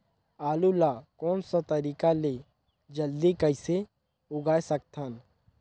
आलू ला कोन सा तरीका ले जल्दी कइसे उगाय सकथन?